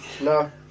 No